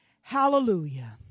Hallelujah